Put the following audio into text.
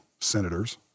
senators